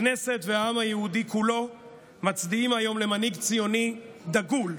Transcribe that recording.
הכנסת והעם היהודי כולו מצדיעים היום למנהיג ציוני גדול,